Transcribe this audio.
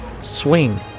Swing